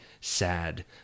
sad